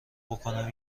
بکـنم